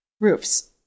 roofs